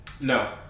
No